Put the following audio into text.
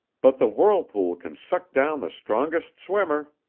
but the whirlpool can suck down the strongest swimmer.